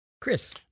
Chris